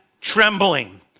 trembling